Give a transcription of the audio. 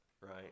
right